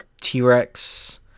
T-Rex